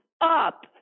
up